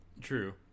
True